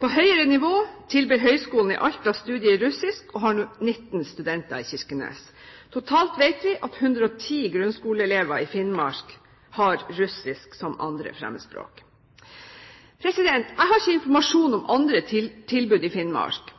På høyere nivå tilbyr Høgskolen i Finnmark studier i russisk og har nå 19 studenter i Kirkenes. Vi vet at totalt 110 grunnskoleelever i Finnmark har russisk som 2. fremmedspråk. Jeg har ikke informasjon om andre tilbud i Finnmark.